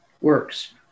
works